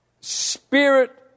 spirit